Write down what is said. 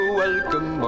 welcome